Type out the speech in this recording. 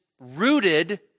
rooted